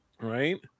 right